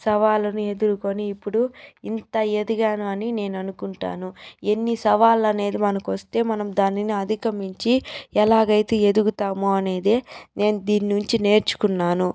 సవాళ్ళను ఎదుర్కొని ఇప్పుడు ఇంత ఎదిగాను అని నేననుకుంటాను ఎన్ని సవాళ్ళనేది మనకొస్తే మనం దానిని అధిగమించి ఎలాగైతే ఎదుగుతామో అనేదే నేను దీన్నుంచి నేర్చుకున్నాను